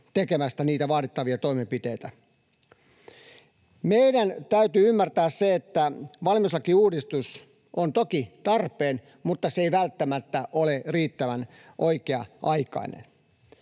tekemästä niitä vaadittavia toimenpiteitä. Meidän täytyy ymmärtää se, että valmiuslakiuudistus on toki tarpeen mutta se ei välttämättä ole riittävän oikea-aikainen.